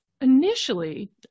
Initially